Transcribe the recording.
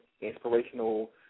inspirational